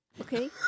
okay